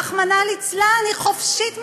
רחמנא ליצלן, היא חופשית מדי.